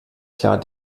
klar